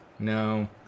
No